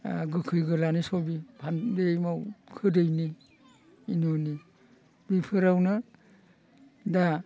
गोखै गोलानि सबजि बे माव गोदैनि बिदिनो बिफोरावनो दा